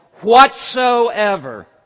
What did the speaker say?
whatsoever